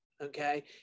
okay